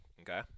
okay